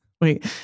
wait